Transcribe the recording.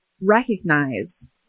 recognize